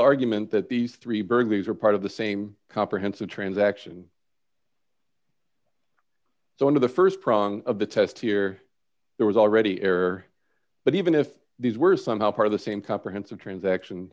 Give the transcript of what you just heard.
argument that these three burglaries are part of the same comprehensive transaction so under the st prong of the test here there was already air but even if these were somehow part of the same comprehensive transaction